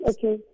Okay